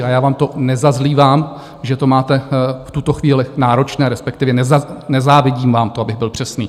A já vám to nezazlívám, že to máte v tuto chvíli náročné, respektive nezávidím vám to, abych byl přesný.